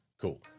Cool